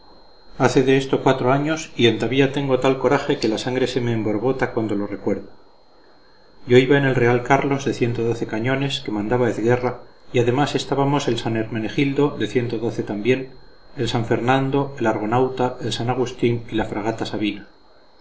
hace de esto cuatro años y entavía tengo tal coraje que la sangre se me emborbota cuando lo recuerdo yo iba en el real carlos de cañones que mandaba ezguerra y además llevábamos el san hermenegildo de también el san fernando el argonauta el san agustín y la fragata sabina